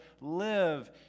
live